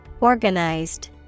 Organized